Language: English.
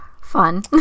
Fun